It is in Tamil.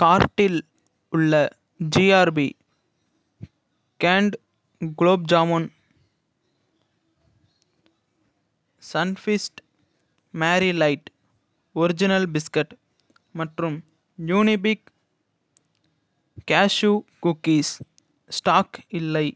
கார்ட்டில் உள்ள GRB canned gulab jamun Sunfeast Marie light original biscuit மற்றும் யுனிபிக் கேஷ்யூ குக்கீஸ் ஸ்டாக் இல்லை